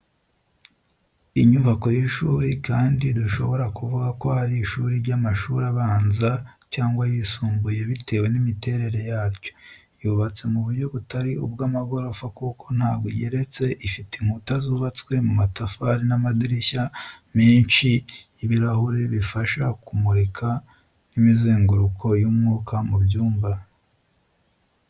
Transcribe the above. Inyubako y’ishuri kandi dushobora kuvuga ko ari ishuri ry’amashuri abanza cyangwa ayisumbuye, bitewe n'imiterere yaryo. Yubatse mu buryo butari ubw'amagorofa kuko ntago igeretse ifite inkuta zubatswe mu matafari n’amadirishya menshi y’ibirahure bifasha kumurika n’imizenguruko y’umwuka mu byumba.